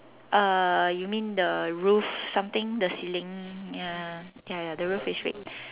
uh you mean the roof something the ceiling ya ya ya ya ya the roof is red